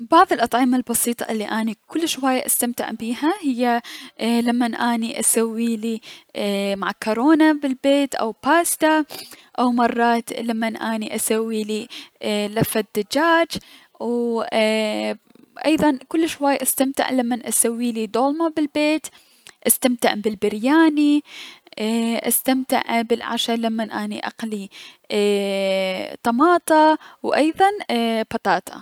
بعض الأطعمة البسيطة الي اني كلش هواية استمتع بيها هي اي لمن اني اسوسلي معكرونة بلبيت او اي باستا او مرات لمن اني اسوسلي اي لفة دجاج، وو ايضا كلش هواية استمتع لمن اسويلي دولمة بلبيت، استمتع بلبرياني، استمتع بالعشاء لمن اني اقلي ايي- طماطة و ايضا بتاتا.